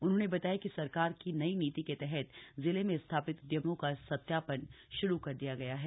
उन्होंने बताया की सरकार की नई नीति के तहत जिले में स्थापित उद्यमों का सत्यापन शुरू कर दिया गया है